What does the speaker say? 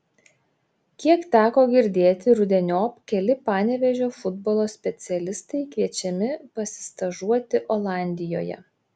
kiek teko girdėti rudeniop keli panevėžio futbolo specialistai kviečiami pasistažuoti olandijoje